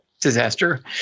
disaster